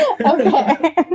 Okay